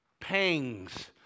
pangs